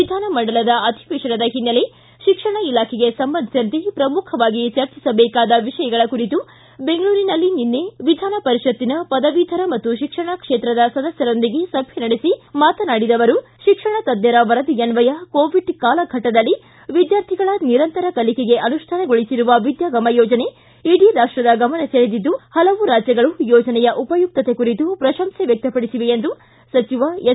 ವಿಧಾನಮಂಡಲದ ಅಧಿವೇಶನದ ಹಿನ್ನೆಲೆ ಶಿಕ್ಷಣ ಇಲಾಖೆಗೆ ಸಂಬಂಧಿಸಿದಂತೆ ಪ್ರಮುಖವಾಗಿ ಚರ್ಚಿಸಬೇಕಾದ ವಿಷಯಗಳ ಕುರಿತು ಬೆಂಗಳೂರಿನ ನಿನ್ನೆ ವಿಧಾನಪರಿಪಪತ್ನ ಪದವೀಧರ ಮತ್ತು ಶಿಕ್ಷಕ ಕ್ಷೇತ್ರದ ಸದಸ್ಯರೊಂದಿಗೆ ಸಭೆ ನಡೆಸಿ ಮಾತನಾಡಿದ ಅವರು ಶಿಕ್ಷಣ ತಜ್ಞರ ವರದಿಯನ್ಹಯ ಕೋವಿಡ್ ಕಾಲಘಟ್ಟದಲ್ಲಿ ವಿದ್ಯಾರ್ಥಿಗಳ ನಿರಂತರ ಕಲಿಕೆಗೆ ಅನುಷ್ಠಾನಗೊಳಿಸಿರುವ ವಿದ್ಯಾಗಮ ಯೋಜನೆ ಇಡೀ ರಾಷ್ಟದ ಗಮನ ಸೆಳೆದಿದ್ದು ಹಲವು ರಾಜ್ಯಗಳು ಯೋಜನೆಯ ಉಪಯುಕ್ತತೆ ಕುರಿತು ಪ್ರಶಂಸೆ ವ್ಯಕ್ತಪಡಿಸಿವೆ ಎಂದು ಸಚಿವ ಎಸ್